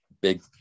big